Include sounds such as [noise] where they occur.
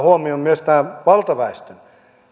[unintelligible] huomioon myös tämä valtaväestö